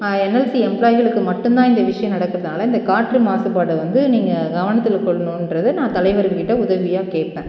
NLC எம்ப்ளாய்களுக்கு மட்டும்தான் இந்த விஷயம் நடக்கிறதுனால் இந்த காற்று மாசுபாடு வந்து நீங்கள் கவனத்தில் கொள்ளணும்ங்றது நான் தலைவர்கங்கள் கிட்டே உதவியாக கேட்பேன்